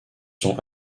sont